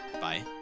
bye